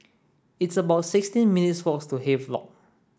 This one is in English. it's about sixteen minutes' walk to Havelock